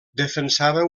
defensava